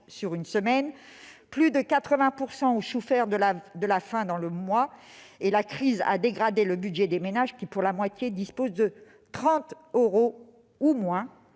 sur une semaine, plus de 80 % ont souffert de la faim dans le mois et la crise a dégradé le budget des ménages, qui, pour la moitié, disposent de 30 euros ou moins